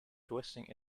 twisting